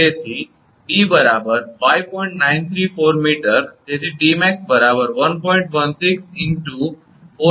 તેથી 𝑑 5